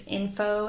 info